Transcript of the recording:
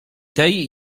tej